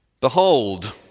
Behold